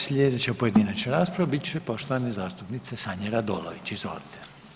Slijedeća pojedinačna rasprava bit će poštovane zastupnice Sanje Radolović, izvolite.